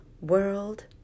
world